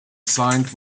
signed